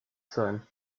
sein